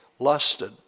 Lusted